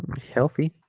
healthy